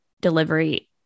delivery